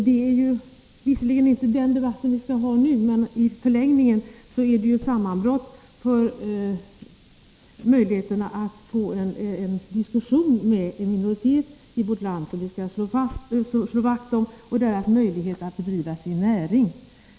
Det är visserligen inte den debatten vi skall föra nu, men i förlängningen innebär detta ett sammanbrott när det gäller möjligheterna att få en diskussion med en minoritet i vårt land, vilken vi skall slå vakt om, och dess möjlighet att bedriva sin näring.